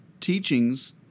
teachings